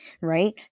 right